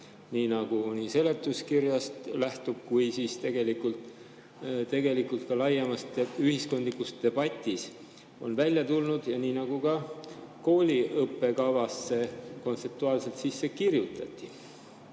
nii nagu seletuskirjast nähtub ja tegelikult ka laiemas ühiskondlikus debatis on välja tulnud ja nii nagu ka kooli õppekavasse kontseptuaalselt sisse kirjutati.